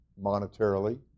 monetarily